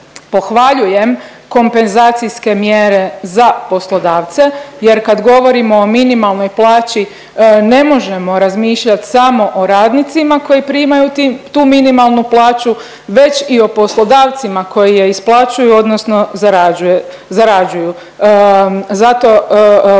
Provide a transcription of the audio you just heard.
Pohvaljujem kompenzacijske mjere za poslodavce jer kad govorimo o minimalnoj plaći ne možemo razmišljati samo o radnicima koji primaju tu minimalnu plaću, već i o poslodavcima koji je isplaćuju, odnosno zarađuju. Zato pohvaljujem